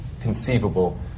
conceivable